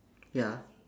ya